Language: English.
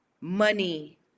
money